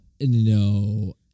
no